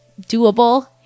doable